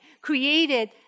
created